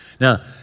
Now